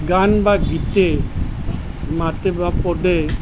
গান বা গীতে মাতে বা পদে